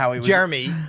Jeremy